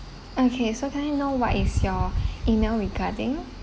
okay so can I know what is your email regarding